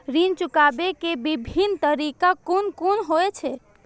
ऋण चुकाबे के विभिन्न तरीका कुन कुन होय छे?